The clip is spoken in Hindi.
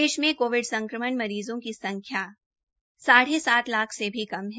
देश में कोविड संक्रमित मरीज़ों की संख्या साढ़े सात लाख से भी कम है